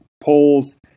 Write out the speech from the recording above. polls